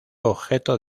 objeto